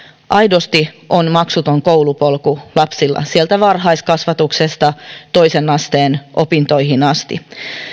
aidosti on maksuton koulupolku lapsilla sieltä varhaiskasvatuksesta toisen asteen opintoihin asti